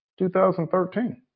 2013